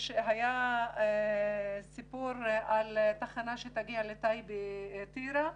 היה סיפור על תחנה שתגיע לטייבה-טירה,